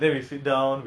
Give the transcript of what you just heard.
oh